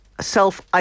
self